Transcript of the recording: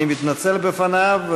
אני מתנצל בפניו,